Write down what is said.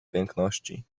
piękności